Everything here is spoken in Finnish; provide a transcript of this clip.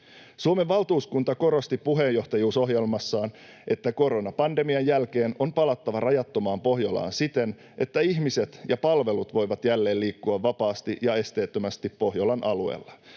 Suomen valtuuskunta korosti puheenjohtajuusohjelmassaan, että koronapandemian jälkeen on palattava rajattomaan Pohjolaan siten, että ihmiset ja palvelut voivat jälleen liikkua vapaasti ja esteettömästi Pohjolan alueella.